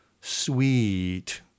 sweet